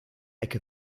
ecke